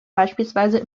beispielsweise